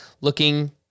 looking